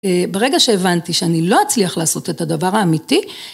ברגע שהבנתי שאני לא אצליח לעשות את הדבר האמיתי.